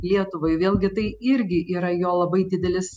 lietuvai vėlgi tai irgi yra jo labai didelis